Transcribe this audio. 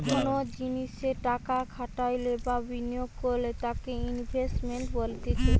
কোনো জিনিসে টাকা খাটাইলে বা বিনিয়োগ করলে তাকে ইনভেস্টমেন্ট বলতিছে